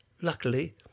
luckily